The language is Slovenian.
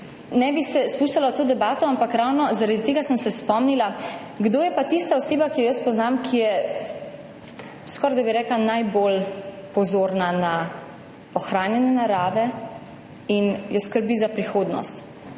Ne bi se spuščala v to debato, ampak ravno zaradi tega sem se spomnila, kdo je pa tista oseba, ki jo jaz poznam, ki je skorajda, bi rekla, najbolj pozorna na ohranjanje narave in jo skrbi za prihodnost,